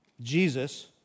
Jesus